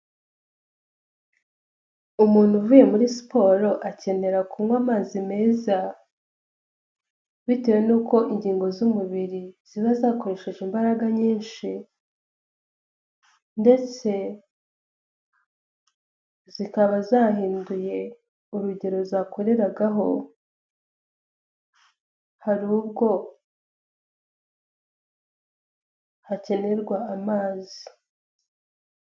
Umuntu uvuye muri siporo akenera kunywa amazi meza, bitewe nuko ingingo z'umubiri ziba zakoresheje imbaraga nyinshi, ndetse zikaba zahinduye urugero zakoreragaho. Hari ubwo hakenerwa amazi.